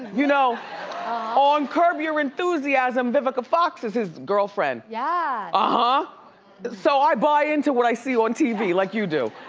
you know on curb your enthusiasm, vivica fox is his girlfriend, uh-huh. yeah ah so i buy into what i see on tv, like you do,